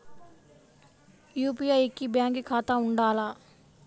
UPI కి bank ఖాతా ఉండాల?